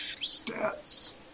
Stats